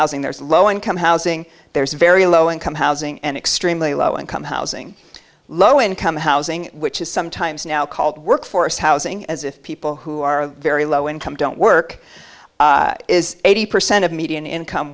housing there's low income housing there's very low income housing and extremely low income housing low income housing which is sometimes now called workforce housing as if people who are very low income don't work is eighty percent of median income